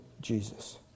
Jesus